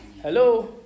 Hello